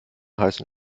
heißen